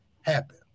happen